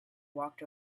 walked